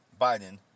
Biden